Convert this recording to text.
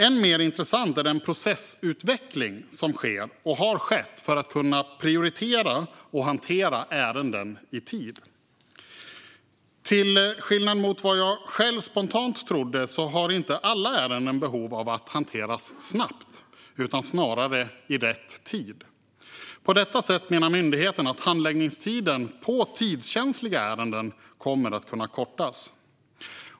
Än mer intressant är den processutveckling som sker - och har skett - för att kunna prioritera och hantera ärenden i tid. Till skillnad från vad jag själv spontant trodde har inte alla ärenden behov av att hanteras snabbt utan snarare i rätt tid. På detta sätt menar myndigheten att handläggningstiden för tidskänsliga ärenden kommer att kunna kortas.